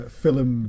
film